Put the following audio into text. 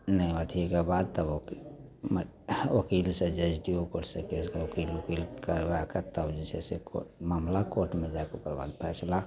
नहि अथीके बाद तब ओकिल से एस डी ओ कोर्टसे ओकिल तोकिल करबैके तब जे छै से कोर्ट मामिला कोर्टमे जाइ छै तकर बाद फैसला